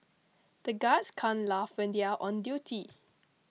the guards can't laugh when they are on duty